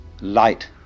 light